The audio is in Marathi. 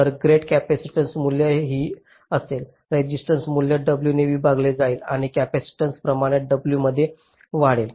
तर गेट कॅपेसिटन्स मूल्य ही असेल रेजिस्टन्स मूल्य W ने विभागले जाईल आणि कॅपेसिटन्स प्रमाणित W मध्ये वाढेल